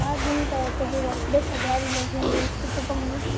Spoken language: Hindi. चार दिन का है तो फिर अब दस हज़ार ही लगेंगे इससे तो कम नहीं